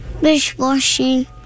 Dishwashing